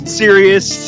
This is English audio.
serious